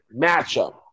matchup